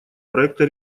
проекта